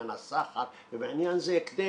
הסחר ובעניין זה כדי